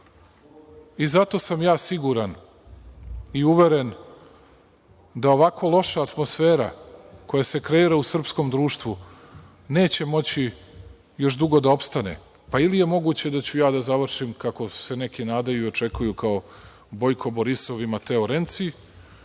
i zato sam siguran i uveren da ovako loša atmosfera koja se kreira u srpskom društvu neće moći još dugo da opstane, pa ili je moguće da ću ja da završim kako se neki nadaju i očekuju kao Bojko Borisov ili Mateo Renci